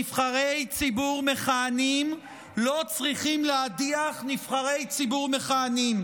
נבחרי ציבור מכהנים לא צריכים להדיח נבחרי ציבור מכהנים.